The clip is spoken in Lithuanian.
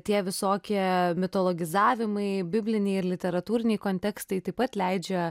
tie visokie mitologizavimai bibliniai ir literatūriniai kontekstai taip pat leidžia